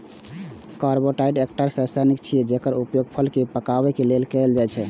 carbide एकटा रसायन छियै, जेकर उपयोग फल कें पकाबै लेल कैल जाइ छै